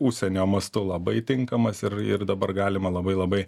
užsienio mastu labai tinkamas ir ir dabar galima labai labai